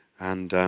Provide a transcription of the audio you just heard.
and